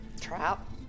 Trap